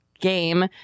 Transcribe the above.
game